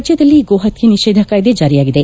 ರಾಜ್ಯದಲ್ಲಿ ಗೋಹತ್ತೆ ನಿಷೇಧ ಕಾಯ್ದೆ ಜಾರಿಯಾಗಿದೆ